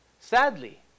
Sadly